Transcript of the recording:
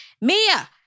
Mia